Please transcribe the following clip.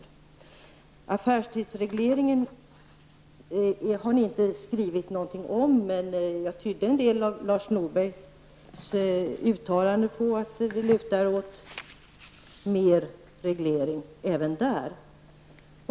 Om affärstidsreglering har miljöpartiet inte skrivit någonting, men jag tolkade Lars Norbergs uttalanden att det lutar åt mer reglering även där.